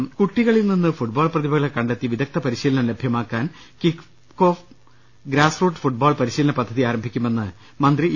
് കുട്ടികളിൽ നിന്ന് ഫുട്ബോൾ പ്രതിഭകളെ കണ്ടെത്തി വിദഗ്ദ്ധ പരി ശീലനം ലഭ്യമാക്കാൻ kick off grass root football പരിശീലന പദ്ധതി ആരംഭിക്കുമെന്ന് മന്ത്രി ഇ